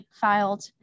filed